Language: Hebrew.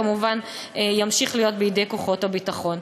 כמובן ימשיך להיות בידי כוחות הביטחון.